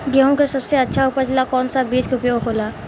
गेहूँ के सबसे अच्छा उपज ला कौन सा बिज के उपयोग होला?